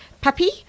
puppy